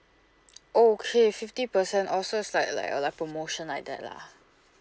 okay fifty percent off so it's like like a like a promotion like that lah